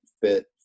fit